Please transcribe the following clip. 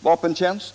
vapentjänst.